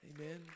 amen